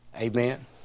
Amen